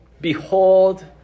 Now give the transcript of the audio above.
behold